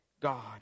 God